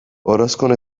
orozkon